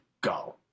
go